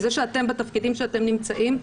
זה שאתם בתפקידים שאתם נמצאים,